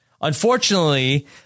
Unfortunately